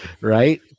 right